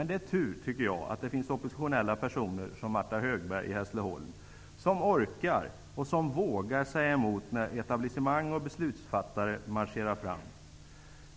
Det är tur, tycker jag, att det finns oppositionella personer som Martha Högberg i Hässleholm, som orkar och vågar säga emot när etablissemang och beslutsfattare marscherar fram.